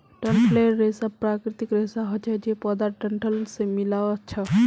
डंठलेर रेशा प्राकृतिक रेशा हछे जे पौधार डंठल से मिल्आ छअ